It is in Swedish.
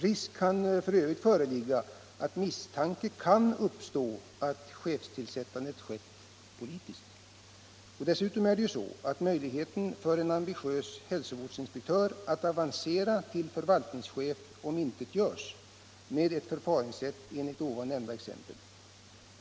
Risk kan f. ö. föreligga att misstanke uppstår att chefstillsättandet skett politiskt. Möjligheten för en ambitiös hälsovårdsinspektör att avancera till förvaltningschef omintetgörs dessutom om denne inte måste ha en tillräcklig grundutbildning.